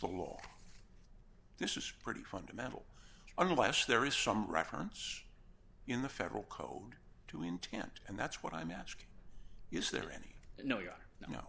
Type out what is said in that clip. law this is pretty fundamental unless there is some reference in the federal code to intent and that's what i'm asking is there any no